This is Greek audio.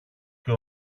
και